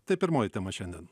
tai pirmoji tema šiandien